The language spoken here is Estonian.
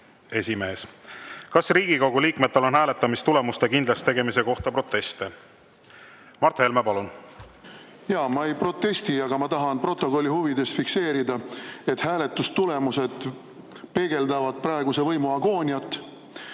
esimees. Kas Riigikogu liikmetel on hääletamistulemuste kindlakstegemise kohta proteste? Mart Helme, palun! Ma ei protesti, aga ma tahan protokolli huvides fikseerida, et hääletustulemused peegeldavad praeguse võimu agooniat